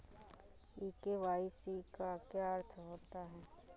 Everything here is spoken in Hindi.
ई के.वाई.सी का क्या अर्थ होता है?